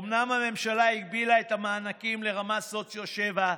אומנם הממשלה הגבילה את המענקים לרמה סוציו 7,